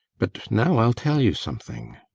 but now i'll tell you something.